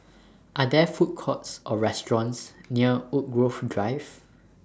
Are There Food Courts Or restaurants near Woodgrove Drive